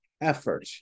effort